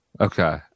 Okay